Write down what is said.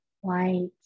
white